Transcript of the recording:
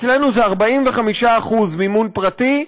אצלנו זה 45% מימון פרטי,